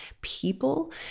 people